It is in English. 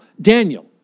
Daniel